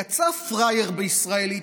יצא פראייר, בישראלית.